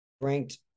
ranked